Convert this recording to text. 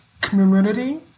community